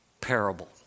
parable